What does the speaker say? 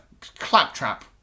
claptrap